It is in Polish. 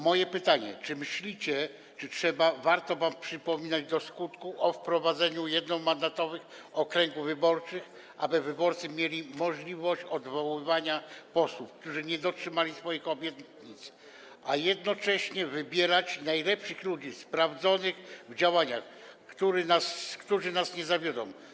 Moje pytanie: Czy myślicie - warto wam o tym przypominać do skutku - o wprowadzeniu jednomandatowych okręgów wyborczych, aby wyborcy mieli możliwość odwoływania posłów, którzy nie dotrzymali swoich obietnic, a jednocześnie wybierania najlepszych ludzi, sprawdzonych w działaniach, którzy ich nie zawiodą?